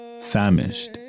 Famished